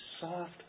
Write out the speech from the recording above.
soft